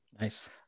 Nice